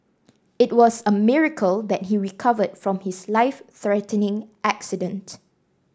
it was a miracle that he recovered from his life threatening accident